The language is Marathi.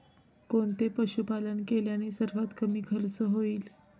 कोणते पशुपालन केल्याने सर्वात कमी खर्च होईल?